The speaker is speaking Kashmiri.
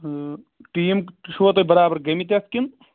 ٹیٖم چھِوا تُہۍ برابر گٔمٕتۍ اَتھ کِنہٕ